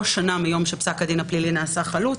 שנה מיום שפסק הדין הפלילי נעשה חלוט,